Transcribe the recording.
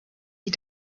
sie